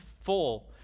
full